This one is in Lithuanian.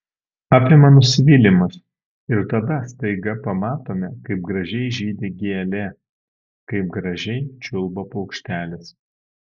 apima nusivylimas ir tada staiga pamatome kaip gražiai žydi gėlė kaip gražiai čiulba paukštelis